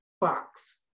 box